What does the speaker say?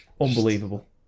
Unbelievable